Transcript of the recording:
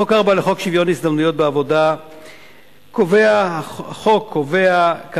חוק שוויון ההזדמנויות בעבודה קובע כמה